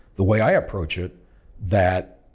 the way i approach it that